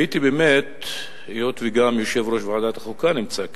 והיות שגם יושב-ראש ועדת החוקה נמצא כאן,